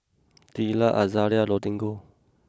Teela Azaria and Rodrigo